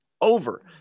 over